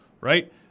right